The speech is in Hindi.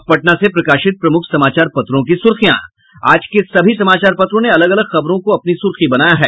अब पटना से प्रकाशित प्रमुख समाचार पत्रों की सुर्खियां आज के सभी समाचार पत्रों ने अलग अलग खबरों को अपनी सुर्खी बनायी है